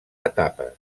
etapes